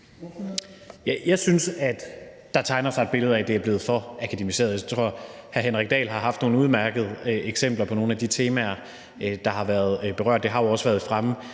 Jeg synes, at der tegner sig et billede af, at det er blevet for akademiseret. Jeg tror, at hr. Henrik Dahl har haft nogle udmærkede eksempler på nogle af de temaer, der har været berørt. Det har jo også været fremme